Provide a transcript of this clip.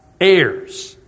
heirs